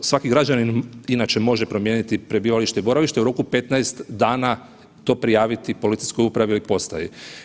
Svaki građanin inače može promijeniti prebivalište boravište u roku 15 dana to prijaviti policijskoj upravi ili postaji.